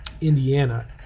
indiana